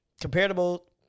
comparable